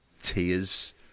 tears